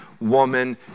woman